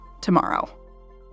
tomorrow